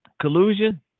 Collusion